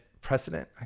precedent